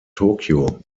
tokio